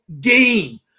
game